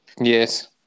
Yes